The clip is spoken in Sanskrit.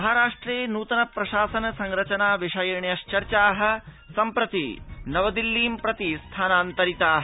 महाराष्ट्रे नृतनप्रशासन संरचना विषयिण्यश्चाः सम्प्रति नवदिल्लीं प्रति स्थानान्तरिताः